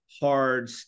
hard